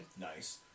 Nice